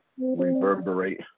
Reverberate